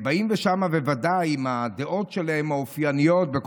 באים לשם בוודאי עם הדעות האופייניות שלהם